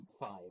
five